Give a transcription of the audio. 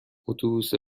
اتوبوس